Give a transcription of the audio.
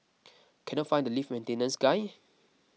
cannot find the lift maintenance guy